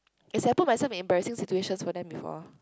it's I put myself into embarrassing situation for them before